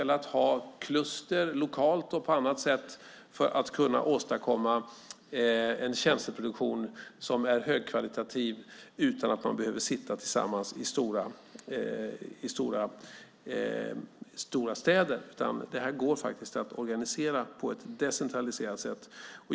Man kan ha kluster lokalt och på annat sätt åstadkomma en tjänsteproduktion som är högkvalitativ utan att man behöver sitta tillsammans i stora städer. Detta går faktiskt att organisera på ett decentraliserat sätt.